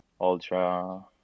Ultra